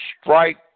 Strike